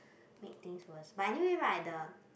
make things worse but anyway right the